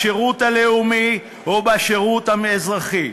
בשירות הלאומי ובשירות האזרחי.